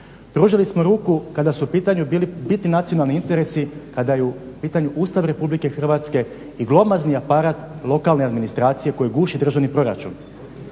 Pružili smo ruku kada su u pitanju bili nacionalni interesi, kada je u pitanju Ustav RH i glomazni aparat lokalne administracije koji guši državni proračun.